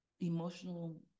emotional